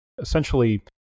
essentially